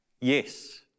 Yes